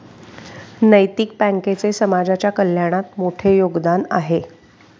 नैतिक बँकेचे समाजाच्या कल्याणात मोठे योगदान आहे